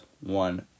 one